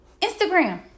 Instagram